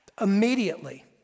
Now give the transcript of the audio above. Immediately